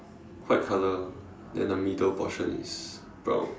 white color then the middle portion is brown